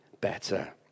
better